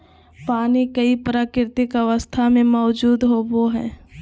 पानी कई प्राकृतिक अवस्था में मौजूद होबो हइ